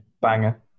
banger